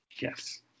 Yes